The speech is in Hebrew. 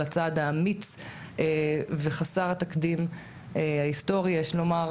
הצעד האמיץ וחסר התקדים ההיסטורי יש לומר.